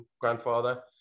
grandfather